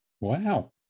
Wow